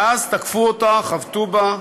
ואז תקפו אותה, חבטו בה,